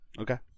Okay